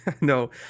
no